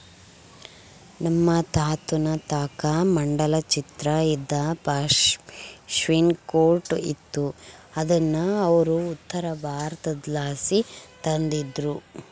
ನಮ್ ತಾತುನ್ ತಾಕ ಮಂಡಲ ಚಿತ್ರ ಇದ್ದ ಪಾಶ್ಮಿನಾ ಕೋಟ್ ಇತ್ತು ಅದುನ್ನ ಅವ್ರು ಉತ್ತರಬಾರತುದ್ಲಾಸಿ ತಂದಿದ್ರು